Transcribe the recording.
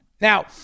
Now